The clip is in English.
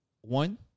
one